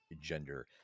gender